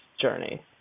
journey